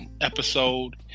Episode